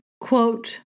Quote